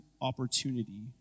opportunity